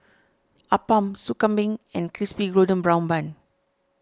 Appam Sup Kambing and Crispy Golden Brown Bun